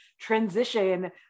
transition